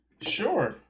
Sure